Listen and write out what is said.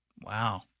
Wow